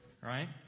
right